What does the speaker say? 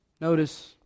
Notice